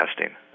testing